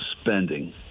spending